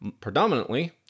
predominantly